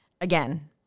Again